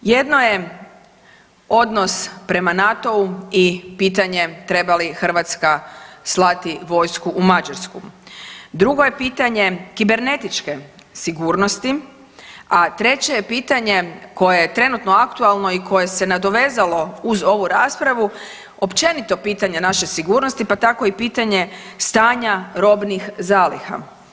Jedno je odnos prema NATO-u i pitanje treba li Hrvatska slati vojsku u Mađarsku, drugo je pitanje kibernetičke sigurnosti, a treće je pitanje koje je trenutno aktualno i koje se nadovezalo uz ovu raspravu općenito pitanje naše sigurnosti pa tako i pitanje stanja robnih zaliha.